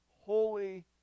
holy